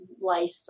Life